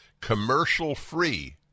commercial-free